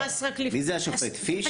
המינימום נכנס רק לפני --- מי זה השופט, פיש?